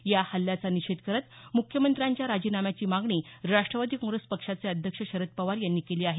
या हल्ल्याचा निषेध करत मुख्यमंत्र्यांच्या राजीनाम्याची मागणी राष्ट्रवादी काँग्रेस पक्षाचे अध्यक्ष शरद पवार यांनी केली आहे